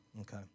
Okay